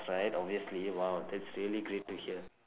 right obviously !wow! that's really great to hear